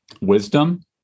wisdom